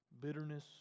bitterness